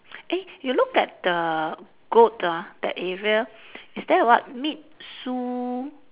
eh you look at the goat ah that area is there a what meet Sue